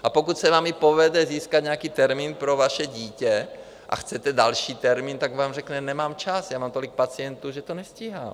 A pokud se vám povede získat nějaký termín pro vaše dítě a chcete další termín, tak vám řekne: nemám čas, já mám tolik pacientů, že to nestíhám.